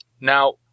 Now